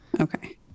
Okay